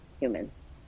humans